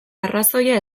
arrazoia